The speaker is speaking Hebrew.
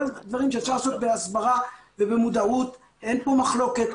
כל הדברים שאפשר לעשות בהסברה ובמודעות אין פה מחלוקת.